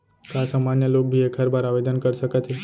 का सामान्य लोग भी एखर बर आवदेन कर सकत हे?